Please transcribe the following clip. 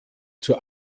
zur